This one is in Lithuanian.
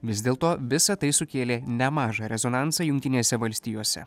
vis dėl to visa tai sukėlė nemažą rezonansą jungtinėse valstijose